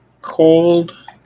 cold